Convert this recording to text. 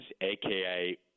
aka